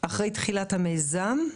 אחרי תחילת המיזם.